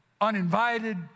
uninvited